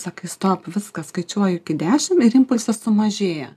sakai stop viskas skaičiuoju iki dešim ir impulsas sumažėja